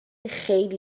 خیلی